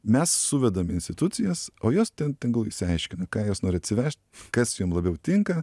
mes suvedam institucijas o jos ten tegul išsiaiškina ką jos nori atsivežt kas jom labiau tinka